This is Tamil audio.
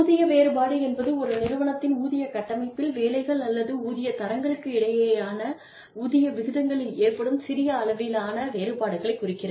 ஊதிய வேறுபாடு என்பது ஒரு நிறுவனத்தின் ஊதிய கட்டமைப்பில் வேலைகள் அல்லது ஊதிய தரங்களுக்கு இடையிலான ஊதிய விகிதங்களில் ஏற்படும் சிறிய அளவிலான வேறுபாடுகளைக் குறிக்கிறது